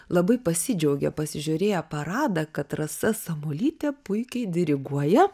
labai pasidžiaugė pasižiūrėję paradą kad rasa samuolytė puikiai diriguoja